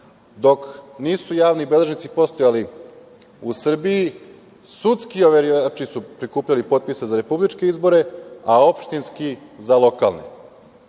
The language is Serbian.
Dok nisu javni beležnici postojali u Srbiji, sudski overivači su prikupljali potpise za republičke izbore, a opštinski za lokalne.